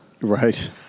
Right